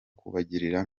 kubagira